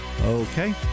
Okay